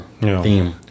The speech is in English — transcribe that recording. theme